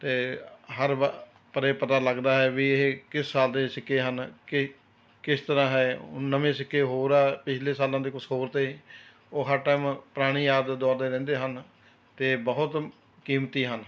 ਅਤੇ ਹਰ ਵਾਰ ਪਰ ਇਹ ਪਤਾ ਲੱਗਦਾ ਹੈ ਵੀ ਇਹ ਕਿਸ ਸਾਲ ਦੇ ਸਿੱਕੇ ਹਨ ਕਿ ਕਿਸ ਤਰ੍ਹਾਂ ਹੈ ਨਵੇਂ ਸਿੱਕੇ ਹੋਰ ਆ ਪਿਛਲੇ ਸਾਲਾਂ ਦੇ ਕੁਛ ਹੋਰ ਤੇ ਉਹ ਹਰ ਟਾਇਮ ਪੁਰਾਣੀ ਯਾਦ ਦਵਾਉਂਦੇ ਰਹਿੰਦੇ ਹਨ ਅਤੇ ਬਹੁਤ ਕੀਮਤੀ ਹਨ